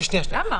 למה?